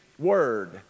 word